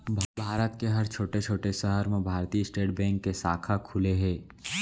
भारत के हर छोटे छोटे सहर म भारतीय स्टेट बेंक के साखा खुले हे